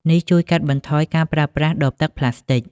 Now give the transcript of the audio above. នេះជួយកាត់បន្ថយការប្រើប្រាស់ដបទឹកប្លាស្ទិក។